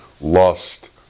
Lust